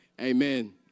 Amen